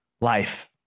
life